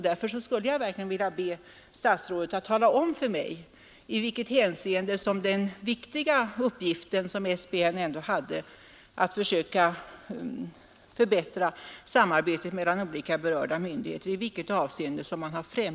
Därför skulle jag verkligen vilja be statsrådet att tala om för mig i vilket hänseende man har främjat den viktiga uppgift som SBN ändå haft, nämligen att försöka förbättra samarbetet mellan olika berörda myndigheter.